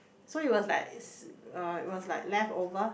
so it was like uh it was like leftover